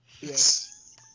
Yes